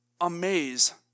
amaze